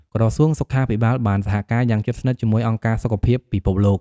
ក្រសួងសុខាភិបាលបានសហការយ៉ាងជិតស្និទ្ធជាមួយអង្គការសុខភាពពិភពលោក។